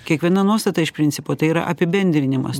kiekviena nuostata iš principo tai yra apibendrinimas